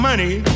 Money